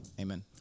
Amen